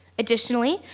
additionally,